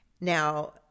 Now